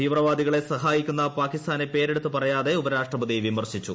തീവ്രവാദികളെ സഹായിക്കുന്ന പാകിസ്ഥാനെ പേരെടുത്തു പറയാതെ ഉപരാഷ്ട്രപതി വിമർശിച്ചു